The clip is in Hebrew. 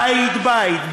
בית-בית,